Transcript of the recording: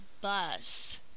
bus